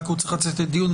הוא צריך לצאת לדיון,